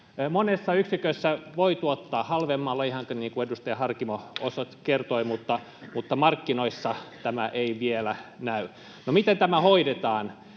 Monessa yksikössä voi tuottaa halvemmalla, ihan niin kuin edustaja Harkimo kertoi, mutta markkinoissa tämä ei vielä näy. No, miten tämä hoidetaan?